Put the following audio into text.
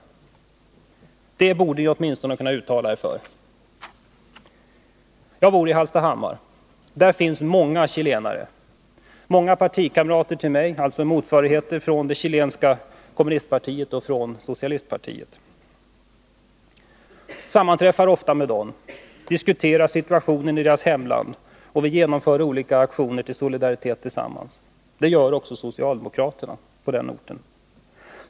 Det kunde ni åtminstone ha uttalat er för. Jag bor i Hallstahammar, och där finns det många chilenare. Många är partikamrater till mig, dvs. medlemmar i det chilenska kommunistpartiet och socialistpartiet. Jag sammanträffar ofta med dem och diskuterar situationen i deras hemland, och vi genomför tillsammans olika aktioner för solidaritet. Det gör också socialdemokraterna på orten.